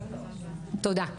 תודה.